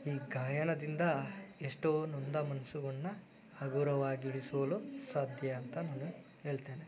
ಈ ಗಾಯನದಿಂದ ಎಷ್ಟೋ ನೊಂದ ಮನಸನ್ನು ಹಗುರವಾಗಿಡಿಸಲು ಸಾಧ್ಯ ಅಂತ ನಾನು ಹೇಳ್ತೇನೆ